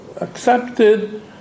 accepted